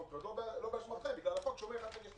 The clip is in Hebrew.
לא באשמתכם אלא בגלל החוק שקובע חלוקה על פי